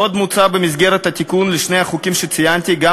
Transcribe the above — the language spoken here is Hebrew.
עוד מוצע במסגרת התיקון לשני החוקים שציינתי גם